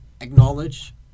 acknowledge